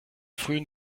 frühen